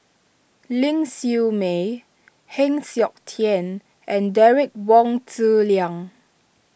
Ling Siew May Heng Siok Tian and Derek Wong Zi Liang